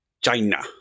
China